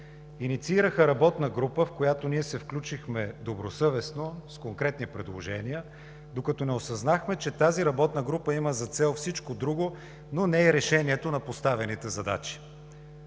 Инициираха работна група, в която ние се включихме добросъвестно с конкретни предложения, докато не осъзнахме, че тази работна група има за цел всичко друго, но не и решението на поставените задачи,